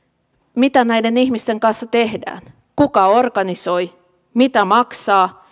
mitä näiden ihmisten kanssa tehdään kuka organisoi mitä maksaa